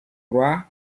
roi